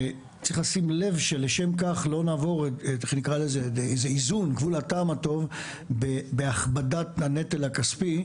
צריך לשים לב שלשם כך לא נעבור את גבול הטעם הטוב בהכבדת הנטל הכספי,